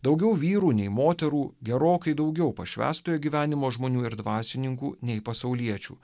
daugiau vyrų nei moterų gerokai daugiau pašvęstojo gyvenimo žmonių ir dvasininkų nei pasauliečių